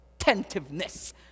attentiveness